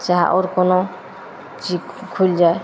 चाहे आओर कोनो चीज खुलि जाए